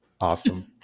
Awesome